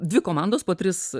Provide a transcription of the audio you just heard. dvi komandos po tris